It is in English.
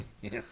Yes